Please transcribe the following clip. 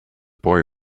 boy